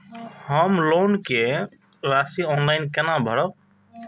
हम लोन के राशि ऑनलाइन केना भरब?